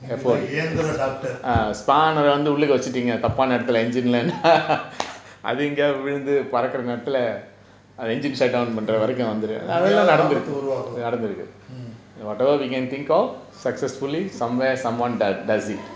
எந்திர:enthira doctor ஆபத்து உருவாகும்:aabathu uruvaakum mm